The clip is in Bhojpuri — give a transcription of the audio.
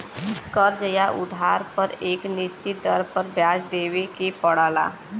कर्ज़ या उधार पर एक निश्चित दर पर ब्याज देवे के पड़ला